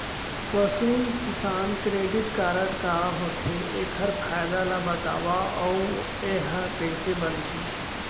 पसु Kisan credit card का होथे, एखर फायदा ला बतावव अऊ एहा कइसे बनथे?